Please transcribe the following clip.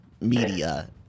media